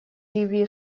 ливии